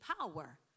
power